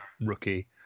rookie